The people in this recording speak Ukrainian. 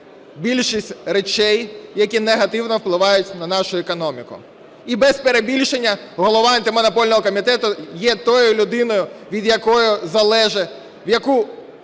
більшість речей, які негативно впливають на нашу економіку. І, без перебільшення, голова Антимонопольного комітету є тою людиною, від якої залежить, в яку